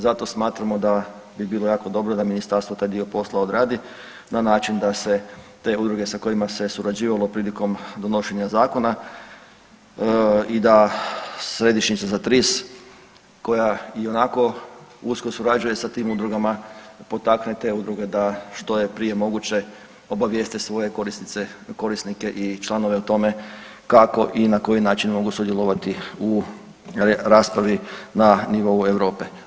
Zato smatramo da bi bilo jako dobro da Ministarstvo taj dio posla odradi na način da se te udruge sa kojima se surađivalo prilikom donošenja Zakona i da Središnjica za TRIS, koja ionako usko surađuje sa tim udrugama, potakne te udruge da, što je prije moguće, obavijeste svoje korisnike i članove o tome kako i na koji način mogu sudjelovati u raspravi na nivou Europe.